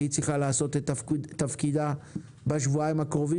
והיא צריכה לעשות את תפקידה בשבועיים הקרובים